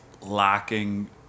lacking